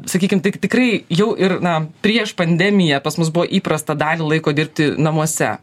sakykim tikrai jau ir na prieš pandemiją pas mus buvo įprasta dalį laiko dirbti namuose